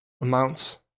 amounts